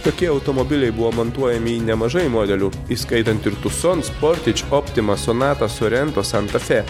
tokie automobiliai buvo montuojami į nemažai modelių įskaitant ir tuson sportič optima sonata sorento santa fė